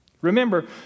Remember